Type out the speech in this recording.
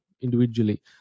individually